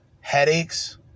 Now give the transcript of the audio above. Headaches